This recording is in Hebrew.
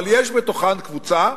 אבל יש בתוכן קבוצה,